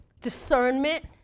discernment